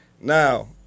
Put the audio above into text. Now